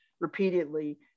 repeatedly